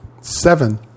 seven